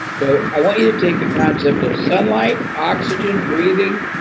so, i want you to take a concept of sunl ight, oxygen, breathing,